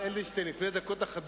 אדוני לא יכול להחליט פתאום, ברגע אחד,